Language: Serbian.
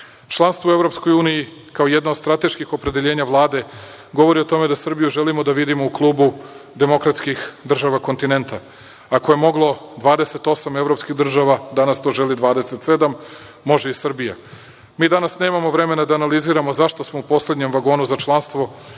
vreme. Članstvo u EU kao jedno od strateških opredeljenja Vlade govori o tome da Srbiju želimo da vidimo u klubu demokratskih država kontinenta. Ako je moglo 28 evropskih država, danas to želi 27, može i Srbija. Mi danas nemamo vremena da analiziramo zašto smo u poslednjem vagonu za članstvo